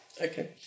Okay